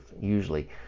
usually